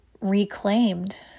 reclaimed